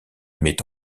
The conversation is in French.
met